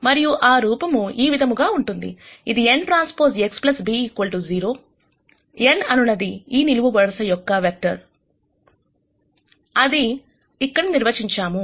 మరియు ఆ రూపము ఈ విధముగా ఉంటుంది ఇది nTX b 0 n అనునది ఈ నిలువు వరుస యొక్క వెక్టర్ అది ఇక్కడ నిర్వచించాము